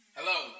Hello